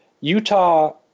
Utah